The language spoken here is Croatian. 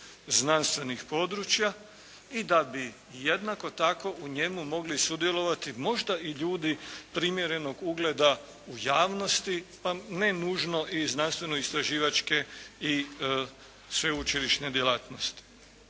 znanstvenih područja i da bi jednako tako u njemu mogli sudjelovati možda i ljudi primjerenog ugleda u javnosti, pa ne nužno i znanstveno-istraživačke i sveučilišne djelatnosti.